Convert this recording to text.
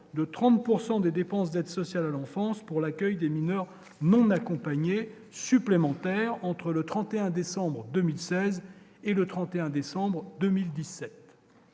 des dépenses d'aide sociale à l'enfance pour l'accueil des mineurs non accompagnés supplémentaire entre le 31 décembre 2016 et le 31 décembre 2017.